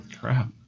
crap